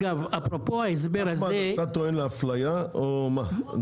אחמד, אתה טוען לאפליה או מה?